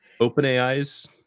OpenAI's